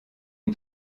une